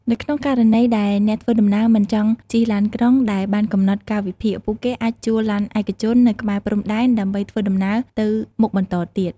នៅក្នុងករណីដែលអ្នកធ្វើដំណើរមិនចង់ជិះឡានក្រុងដែលបានកំណត់កាលវិភាគ ពួកគេអាចជួលឡានឯកជននៅក្បែរព្រំដែនដើម្បីធ្វើដំណើរទៅមុខបន្តទៀត។